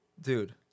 Dude